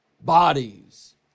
bodies